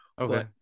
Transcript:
Okay